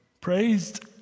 praised